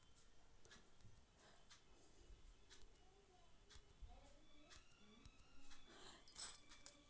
प्रधानमंत्री बेरोजगार योजना के आवेदन कैसे होतै?